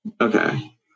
Okay